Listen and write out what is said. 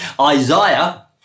Isaiah